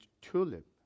TULIP